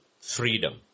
freedom